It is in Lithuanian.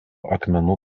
akmenų